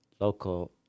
local